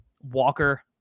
Walker